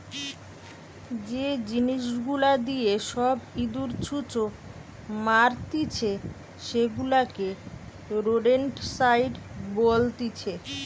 যে জিনিস গুলা দিয়ে সব ইঁদুর, ছুঁচো মারতিছে সেগুলাকে রোডেন্টসাইড বলতিছে